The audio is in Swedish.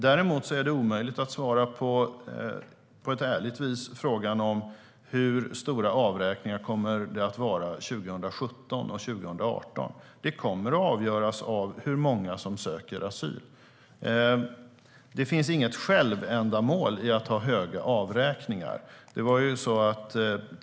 Däremot är det omöjligt att på ett ärligt vis svara på frågan om hur stora avräkningarna kommer att vara 2017 och 2018. Det kommer att avgöras av hur många som söker asyl. Det finns inget självändamål i att ha höga avräkningar.